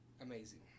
amazing